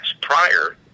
prior